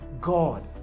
God